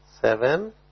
seven